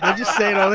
um just saying um